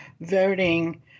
voting